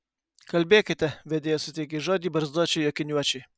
kalbėkite vedėja suteikė žodį barzdočiui akiniuočiui